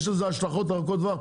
יש לזה השלכות ארוכות טווח.